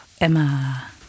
Emma